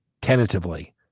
Tentatively